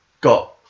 got